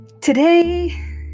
Today